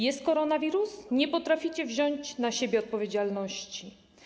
Jest koronawirus, nie potraficie wziąć na siebie odpowiedzialności.